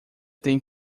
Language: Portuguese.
tem